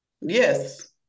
Yes